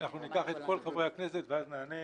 אנחנו נשמע את כל חברי הכנסת ואז נענה.